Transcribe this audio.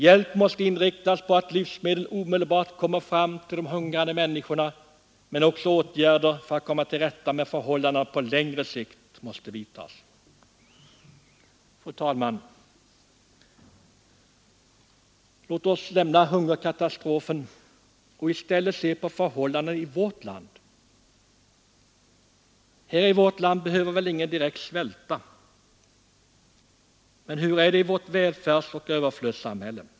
Hjälpen måste inriktas på att livsmedel omedelbart kommer fram till de hungrande människor na, men också åtgärder för att komma till rätta med förhållandena på längre sikt måste vidtas. Fru talman! Låt oss lämna hungerkatastrofen och i stället se på förhållandena i vårt land. Här behöver ingen svälta. Men hur är det i vårt välfärdsoch överflödssamhälle?